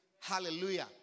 Hallelujah